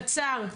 קצר,